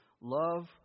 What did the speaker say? love